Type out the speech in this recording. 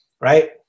right